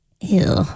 Ew